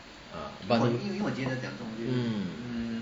uh but mm